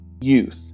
youth